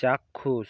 চাক্ষুষ